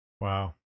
Wow